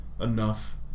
enough